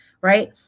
right